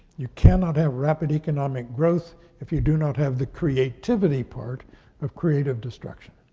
you cannot have rapid economic growth if you do not have the creativity part of creative destruction.